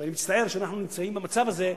ואני מצטער שאנחנו נמצאים במצב הזה,